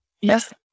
yes